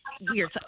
weird